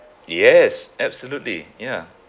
yes absolutely ya